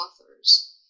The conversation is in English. authors